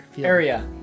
area